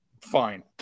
fine